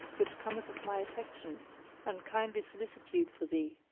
which cometh of my affection and kindly solicitude for thee.